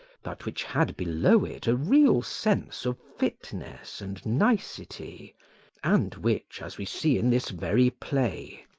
but which had below it a real sense of fitness and nicety and which, as we see in this very play,